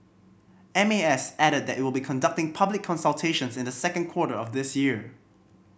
M A S added that it will be conducting public consultations in the second quarter of this year